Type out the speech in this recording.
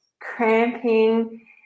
cramping